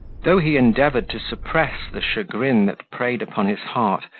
though he endeavoured to suppress the chagrin that preyed upon his heart,